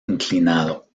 inclinado